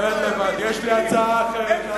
הם טהורים אנשי הקומנדו הימי, הם טהורים.